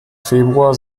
februar